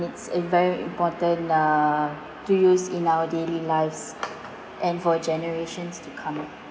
and it's very important uh to use in our daily lives and for generations to come